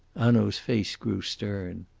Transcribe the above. hanaud's face grew stern.